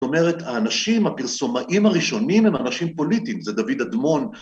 זאת אומרת האנשים הפרסומאים הראשונים הם האנשים פוליטיים, זה דוד אדמון